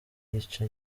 yica